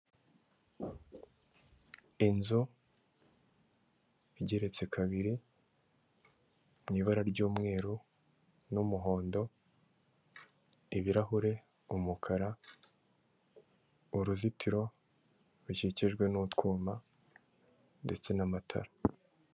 Inzu igeretse kabiri mu ibara ry'umweru n'umuhondo, ibirahure umukara, uruzitiro rukikijwe n'utwuma ndetse n'amatara.